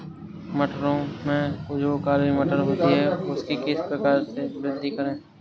मटरों में जो काली मटर होती है उसकी किस प्रकार से वृद्धि करें?